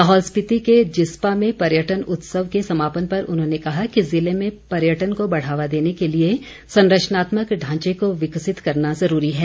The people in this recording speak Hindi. लाहौल स्पीति के जिस्पा में पर्यटन उत्सव के समापन पर उन्होंने कहा कि जिले में पर्यटन को बढ़ावा देने के लिए संरचनात्मक ढांचे को विकसित करना ज़रूरी है